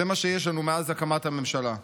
זה מה שיש לנו מאז הקמת הממשלה.